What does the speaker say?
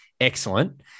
excellent